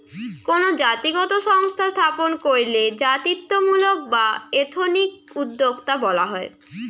কোনো জাতিগত সংস্থা স্থাপন কইরলে জাতিত্বমূলক বা এথনিক উদ্যোক্তা বলা হয়